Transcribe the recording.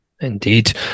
Indeed